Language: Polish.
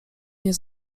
nie